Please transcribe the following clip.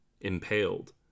impaled